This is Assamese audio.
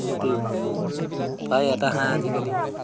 যদি প্ৰায় এটা হাঁহ আজিকালি